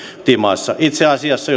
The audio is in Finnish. kotimaassa itse asiassa